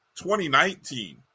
2019